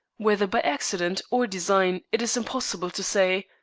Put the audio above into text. whether by accident or design it is impossible to say.